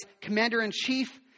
commander-in-chief